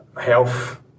health